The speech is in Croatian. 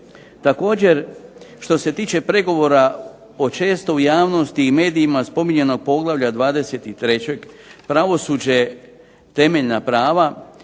Također što se tiče pregovora o često u javnosti i medijima spominjanog poglavlja 23. pravosuđe i temeljna prava,